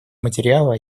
материала